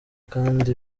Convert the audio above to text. kandi